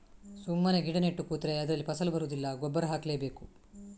ಸುಮ್ಮನೆ ಗಿಡ ನೆಟ್ಟು ಕೂತ್ರೆ ಅದ್ರಲ್ಲಿ ಫಸಲು ಬರುದಿಲ್ಲ ಗೊಬ್ಬರ ಹಾಕ್ಲೇ ಬೇಕು